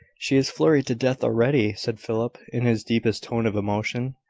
she is flurried to death already, said philip, in his deepest tone of emotion.